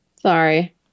Sorry